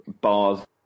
bars